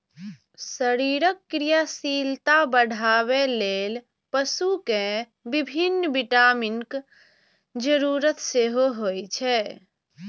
शरीरक क्रियाशीलता बढ़ाबै लेल पशु कें विभिन्न विटामिनक जरूरत सेहो होइ छै